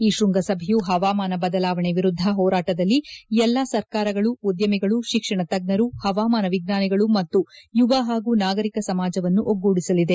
ಈ ಶೃಂಗಸಭೆಯು ಹವಾಮಾನ ಬದಲಾವಣೆ ವಿರುದ್ದ ಹೋರಾಟದಲ್ಲಿ ಎಲ್ಲಾ ಸರ್ಕಾರಗಳು ಉದ್ಯಮಿಗಳು ಶಿಕ್ಷಣ ತಜ್ಞರು ಹವಾಮಾನ ವಿಜ್ಞಾನಿಗಳು ಮತ್ತು ಯುವ ಹಾಗೂ ನಾಗರಿಕ ಸಮಾಜವನ್ನು ಒಗ್ಗೂಡಿಸಲಿದೆ